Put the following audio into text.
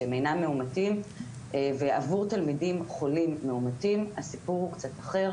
שהם אינם מאומתים ועבור תלמידים חולים מאומתים הסיפור הוא קצת אחר